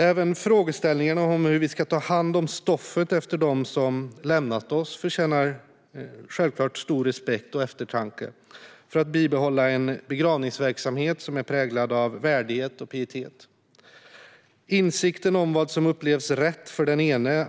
Även frågeställningar om hur vi ska ta hand om stoftet efter dem som lämnat oss förtjänar självklart stor respekt och eftertanke för att bibehålla en begravningsverksamhet som är präglad av värdighet och pietet. Insikten om att vad som upplevs rätt för den ene